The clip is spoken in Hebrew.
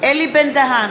אלי בן-דהן,